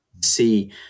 see